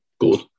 good